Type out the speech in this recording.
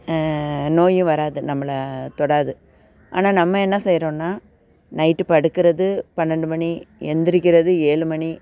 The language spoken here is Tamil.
நோயும் வராது நம்மளை தொடாது ஆனால் நம்ம என்ன செய்கிறோம்னா நைட்டு படுக்கிறது பன்னெண்டு மணி எழுந்திரிக்கிறது ஏழு மணி